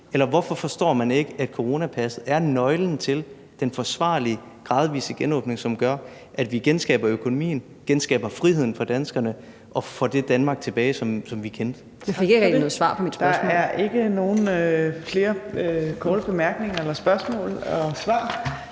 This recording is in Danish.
hvorfor forstår man ikke, at coronapasset er nøglen til den forsvarlige gradvise genåbning, som gør, at vi genskaber økonomien, genskaber friheden for danskerne og får det Danmark tilbage, som vi kendte. (Mette Thiesen (NB): Jeg fik ikke rigtig noget svar